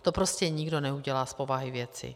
To prostě nikdo neudělá z povahy věci.